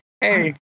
hey